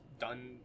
done